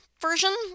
version